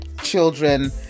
children